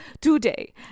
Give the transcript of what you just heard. today